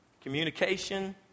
communication